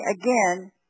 again